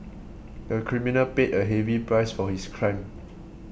the criminal paid a heavy price for his crime